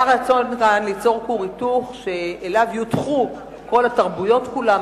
היה רצון ליצור כאן כור היתוך שבו יותכו כל התרבויות כולן,